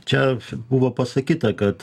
čia buvo pasakyta kad